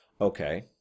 okay